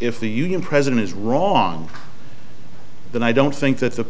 if the union president is wrong but i don't think that the